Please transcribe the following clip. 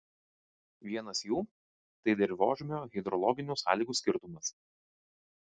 vienas jų tai dirvožemio hidrologinių sąlygų skirtumas